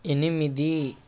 ఎనిమిది